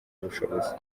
ubushobozi